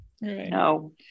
No